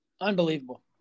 Unbelievable